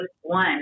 one